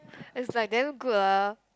it's like damn good ah